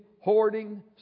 hoarding